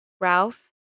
Ralph